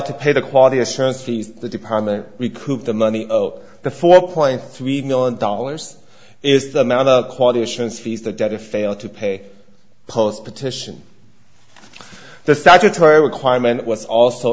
to pay the quality assurance fees the department we prove the money the four point three million dollars is the amount of quality assurance fees the debtor failed to pay post petition the statutory requirement was also